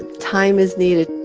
time is needed